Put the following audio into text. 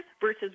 versus